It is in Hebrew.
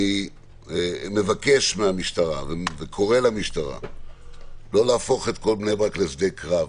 אני מבקש מהמשטרה וקורא למשטרה לא להפוך את כל בני ברק לשדה קרב.